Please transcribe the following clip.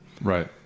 right